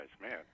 man